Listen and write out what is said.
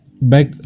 back